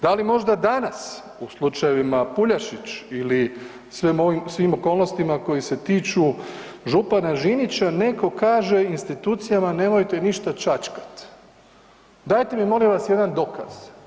Da li možda danas u slučajevima Puljašić ili svim ovim okolnostima koji se tiču župana Žinića netko kaže institucijama nemojte ništa čačkati, dajte mi molim vas jedan dokaz.